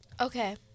Okay